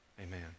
amen